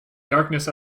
darkness